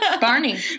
Barney